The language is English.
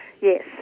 yes